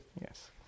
Yes